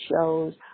shows